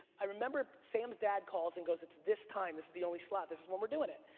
i remember sam's dad calls and goes it's this time, this is the only slot, this is when we're doing it.